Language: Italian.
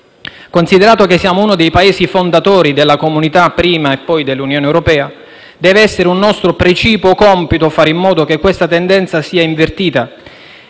Considerato che siamo uno dei Paesi fondatori della Comunità prima e poi dell'Unione europea deve essere un nostro precipuo compito fare in modo che questa tendenza sia invertita